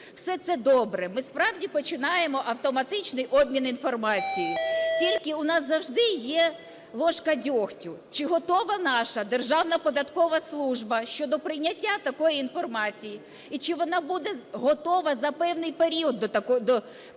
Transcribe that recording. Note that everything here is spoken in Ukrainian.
Все це добре. Ми, справді, починаємо автоматичний обмін інформацією. Тільки у нас завжди є ложка дьогтю. Чи готова наша Державна податкова служба щодо прийняття такої інформації, і чи вона буде готова за певний період до